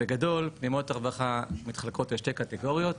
בגדול, פנימיות הרווחה מתחלקות לשתי קטגוריות.